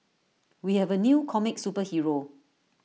we have A new comic superhero